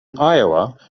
iowa